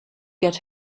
get